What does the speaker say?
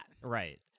right